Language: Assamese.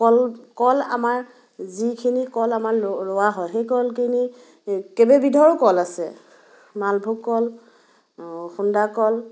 কল কল আমাৰ যিখিনি কল আমাৰ ৰুৱা হয় সেই কলখিনি কেইবা বিধৰো কল আছে মালভোগ কল খুন্দা কল